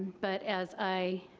but as i,